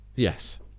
Yes